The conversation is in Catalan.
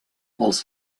els